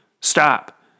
Stop